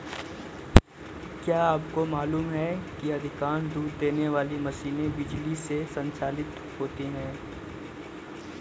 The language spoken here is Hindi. क्या आपको मालूम है कि अधिकांश दूध देने वाली मशीनें बिजली से संचालित होती हैं?